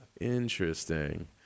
Interesting